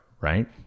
right